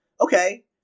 Okay